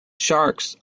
sharks